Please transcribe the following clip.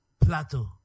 plateau